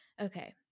Okay